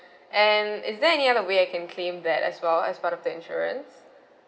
and is there any other way I can claim that as well as part of the insurance